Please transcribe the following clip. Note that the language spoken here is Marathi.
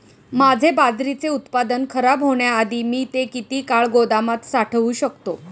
माझे बाजरीचे उत्पादन खराब होण्याआधी मी ते किती काळ गोदामात साठवू शकतो?